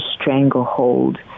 stranglehold